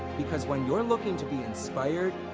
because when you're looking to be inspired.